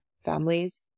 families